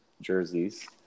jerseys